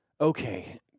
okay